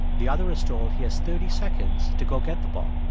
the other is told he has thirty seconds to go get the ball.